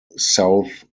south